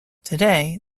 today